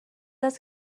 است